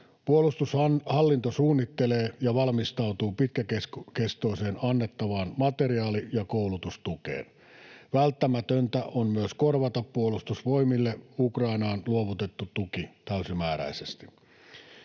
Puolustushallinto suunnittelee ja valmistautuu jatkamaan pitkäkestoisesti annettavaa materiaali- ja koulutustukea. Välttämätöntä on myös korvata Ukrainaan luovutettu tuki Puolustusvoimille